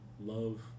love